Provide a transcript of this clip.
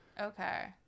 okay